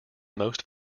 most